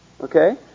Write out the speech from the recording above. Okay